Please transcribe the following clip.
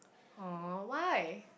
oh why